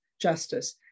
Justice